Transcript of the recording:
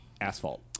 asphalt